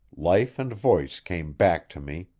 life and voice came back to me.